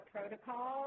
Protocol